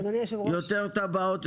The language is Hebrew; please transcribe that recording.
יותר טבעות,